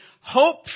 hope